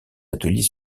ateliers